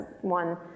one